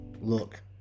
Look